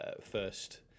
first